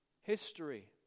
history